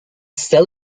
cell